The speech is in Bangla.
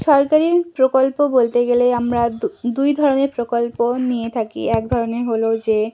সরকারি প্রকল্প বলতে গেলে আমরা দুই ধরনের প্রকল্প নিয়ে থাকি এক ধরনের হলো যে